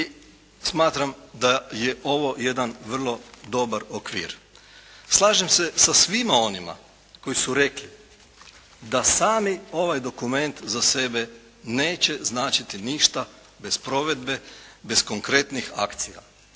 smatram da je ovo jedan vrlo dobar okvir. Slažem se sa svima onima koji su rekli da sam ovaj dokument za sebe neće značiti ništa bez provedbe, bez konkretnih akcija.